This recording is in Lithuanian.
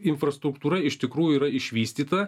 infrastruktūra iš tikrųjų yra išvystyta